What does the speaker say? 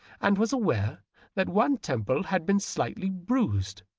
and was aware that one temple had been slightly bruised.